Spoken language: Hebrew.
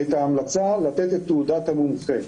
את ההמלצה לתת את תעודת המומחה.